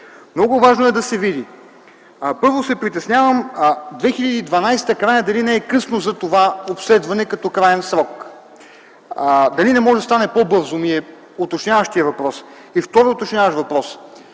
много важно е да се види. Първо се притеснявам дали краят на 2012 г. не е късно за това обследване като краен срок, дали не може да стане по-бързо – това е уточняващият ми въпрос. И втори уточняващ въпрос